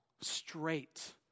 straight